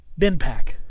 Binpack